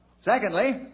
Secondly